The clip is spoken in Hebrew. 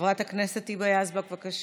חברת היבה יזבק, בבקשה.